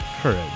Courage